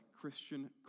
Christian